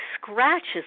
scratches